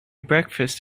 breakfast